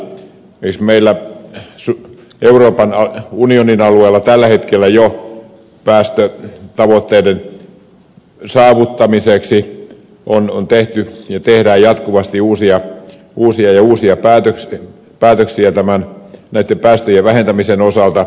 esimerkiksi meillä euroopan unionin alueella jo tällä hetkellä päästötavoitteiden saavuttamiseksi on tehty ja tehdään jatkuvasti uusia ja uusia päätöksiä päästöjen vähentämisen osalta